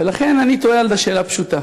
ולכן אני תוהה על זה, שאלה פשוטה: